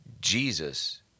Jesus